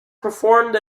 performed